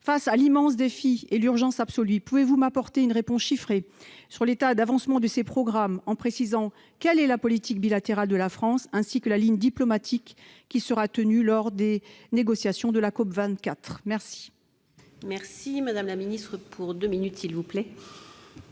face à l'immense défi et à l'urgence absolue, pouvez-vous m'apporter une réponse chiffrée sur l'état d'avancement de ces programmes en précisant quelle est la politique bilatérale de la France, ainsi que la ligne diplomatique qui sera tenue lors des négociations de la COP24 ? La